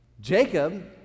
Jacob